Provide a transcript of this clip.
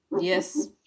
yes